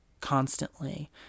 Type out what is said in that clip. constantly